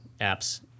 apps